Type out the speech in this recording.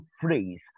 phrase